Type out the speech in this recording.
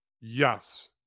Yes